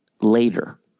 later